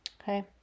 Okay